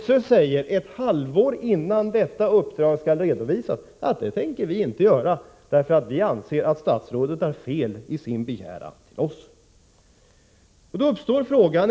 SÖ säger, ett halvår innan detta skall genomföras, att man inte tänker göra det — man anser att statsrådet har fel i sin begäran till skolöverstyrelsen.